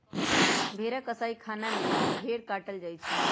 भेड़ा कसाइ खना में भेड़ काटल जाइ छइ